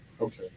Okay